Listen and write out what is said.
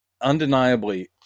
undeniably